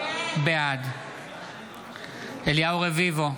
בעד אליהו רביבו,